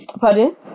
Pardon